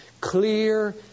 clear